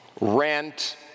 rent